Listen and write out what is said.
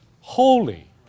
holy